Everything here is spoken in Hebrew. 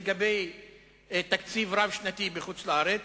לגבי תקציב רב-שנתי בחוץ-לארץ,